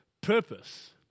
purpose